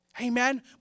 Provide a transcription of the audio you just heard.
Amen